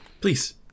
Please